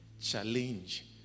challenge